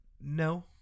No